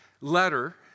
letter